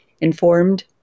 informed